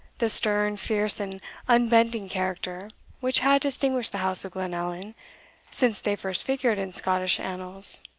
the stern, fierce, and unbending character which had distinguished the house of glenallan since they first figured in scottish annals.